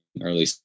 early